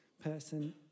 person